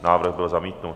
Návrh byl zamítnut.